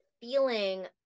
feeling